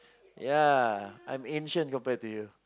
ya I'm ancient compared to you